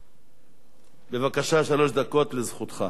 בבקשה, שלוש דקות לזכותך.